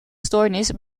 stoornis